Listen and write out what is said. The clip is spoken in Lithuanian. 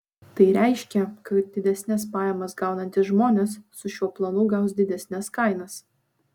tai reiškia kad didesnes pajamas gaunantys žmonės su šiuo planu gaus didesnes kainas